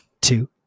two